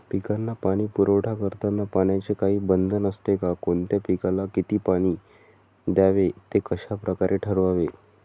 पिकांना पाणी पुरवठा करताना पाण्याचे काही बंधन असते का? कोणत्या पिकाला किती पाणी द्यावे ते कशाप्रकारे ठरवावे?